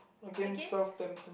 against Southampton